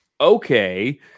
okay